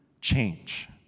change